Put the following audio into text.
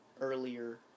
earlier